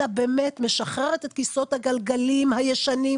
אלא באמת משחררת את כיסאות הגלגלים הישנים.